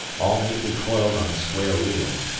all neatly coiled on square reels,